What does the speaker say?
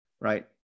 right